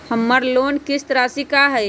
हमर लोन किस्त राशि का हई?